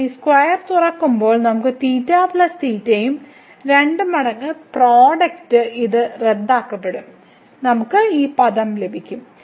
കാരണം ഈ സ്ക്വയർ തുറക്കുമ്പോൾ നമുക്ക് യും 2 മടങ്ങ് പ്രോഡക്റ്റും ഇത് റദ്ദാക്കപ്പെടും നമുക്ക് ഈ പദം ലഭിക്കും